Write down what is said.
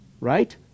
right